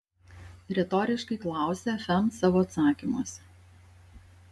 retoriškai klausia fm savo atsakymuose